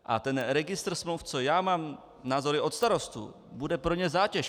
A registr smluv, co já mám názory od starostů, bude pro ně zátěž.